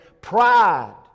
pride